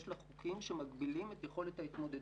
יש לה חוקים שמגבילים את יכולת ההתמודדות.